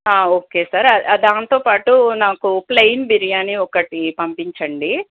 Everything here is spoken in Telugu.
ఓకే సార్ దాంతోపాటు నాకు ప్లేయిన్ బిర్యాని ఒకటి పంపించండి